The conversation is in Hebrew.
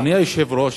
אדוני היושב-ראש,